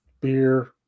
beer